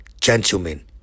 gentlemen